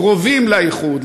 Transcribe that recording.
קרובים לאיחוד,